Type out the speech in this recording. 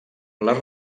les